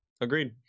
Agreed